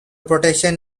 projection